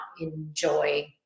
enjoy